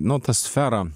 nu ta sfera